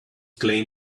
claim